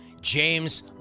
James